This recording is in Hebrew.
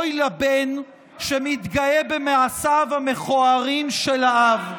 אוי לבן שמתגאה במעשיו המכוערים של האב.